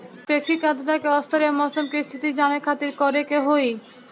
सापेक्षिक आद्रता के स्तर या मौसम के स्थिति जाने खातिर करे के होई?